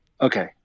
Okay